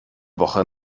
woche